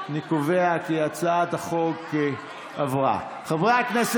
ההצעה להעביר את הצעת חוק צער בעלי חיים (הגנה על בעלי חיים) (תיקון,